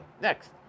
next